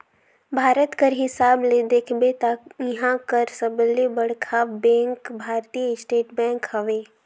भारत कर हिसाब ले देखबे ता इहां कर सबले बड़खा बेंक भारतीय स्टेट बेंक हवे